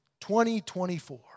2024